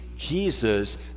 Jesus